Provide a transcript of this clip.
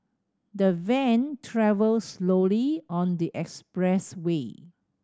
the van travelled slowly on the expressway